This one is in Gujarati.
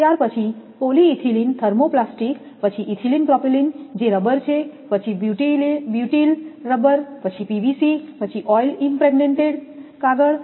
ત્યારપછી પોલિઇથિલિન થર્મોપ્લાસ્ટિક પછી ઇથિલિન પ્રોપિલિન જે રબર છે પછી બ્યુટિલ રબર પછી પીવીસી પછી ઓઇલ ઈમપ્રેગ્નેન્ટ કાગળ